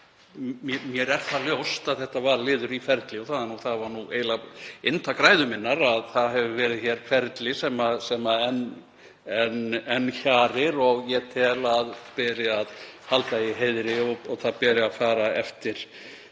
mér er það ljóst að þetta var liður í ferli og það var eiginlega inntak ræðu minnar að hér hefur verið ferli sem enn hjarir og ég tel að beri að halda í heiðri og það beri að fara eftir